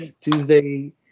Tuesday